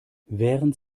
während